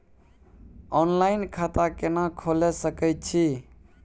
Online खाता केना खोले सकै छी?